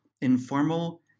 informal